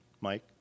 Mike